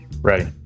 Ready